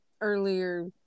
earlier